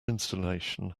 installation